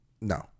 no